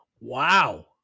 Wow